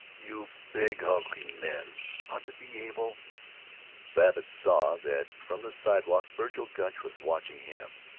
you big hulking men ought to be able babbitt saw that from the sidewalk vergil gunch was watching him.